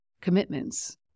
commitments